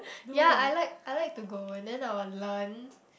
ya I like I like to go and then I will learn